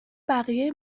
بقیه